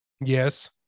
Yes